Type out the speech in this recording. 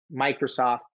Microsoft